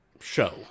show